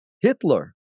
Hitler